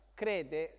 crede